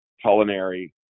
culinary